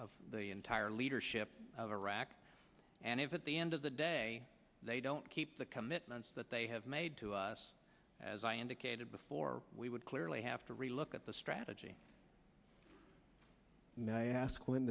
of the entire leadership of iraq and if at the end of the day they don't keep the commitments that they have made to us as i indicated before we would clearly have to relook at the strategy may i ask when